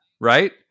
right